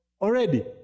already